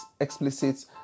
explicit